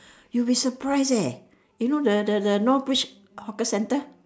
you'd be surprised eh you know the the the north bridge hawker centre